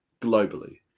globally